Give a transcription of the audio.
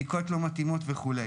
בדיקות לא מתאימות וכו'.